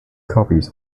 copies